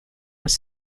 was